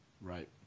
Right